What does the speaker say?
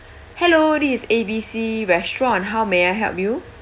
hello this is A B C restaurant how may I help you